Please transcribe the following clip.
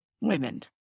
women